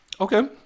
okay